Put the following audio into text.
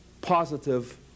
positive